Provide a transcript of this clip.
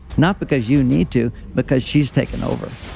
not because you need to, because she's taken over.